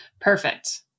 Perfect